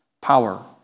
power